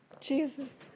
Jesus